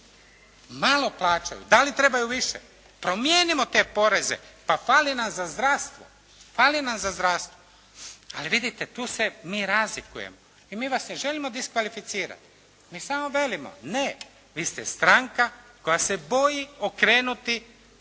Malo plaćaju, da li trebaju više?! Promijenimo te poreze, pa fali nam za zdravstvo, fali nam za zdravstvo. Ali vidite, tu se mi razlikujemo i mi vas ne želimo diskvalificirati. Mi smo velimo, ne, vi ste stranka koja se boji okrenuti